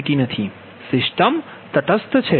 system તટસ્થ છે